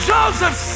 Joseph